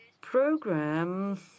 program